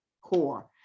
core